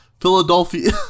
Philadelphia